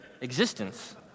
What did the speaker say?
existence